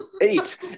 Eight